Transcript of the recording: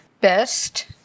best